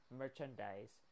merchandise